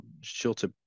shorter